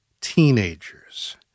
teenagers